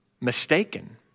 mistaken